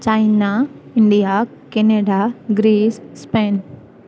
China New York Canada Greece Spain